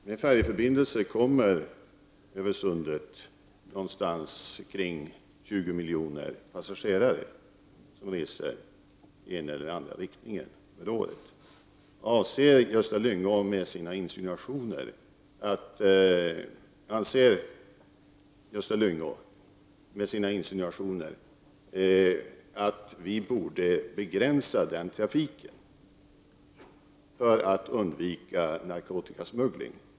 Herr talman! Med färjeförbindelser reser ca 20 miljoner passagerare varje år över Sundet. Anser Gösta Lyngå med sina insinuationer att vi borde begränsa den trafiken för att undvika narkotikasmugglingen?